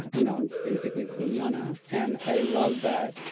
you know, it's basically kulyana, and i love that.